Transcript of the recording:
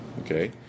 Okay